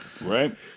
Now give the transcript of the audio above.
Right